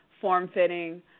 form-fitting